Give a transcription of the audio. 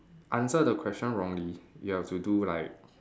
answer the question wrongly you have to do like